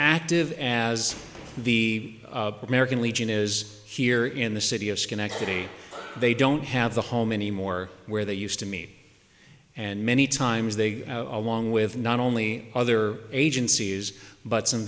active as the american legion is here in the city of schenectady they don't have the home anymore where they used to meet and many times they along with not only other agencies but some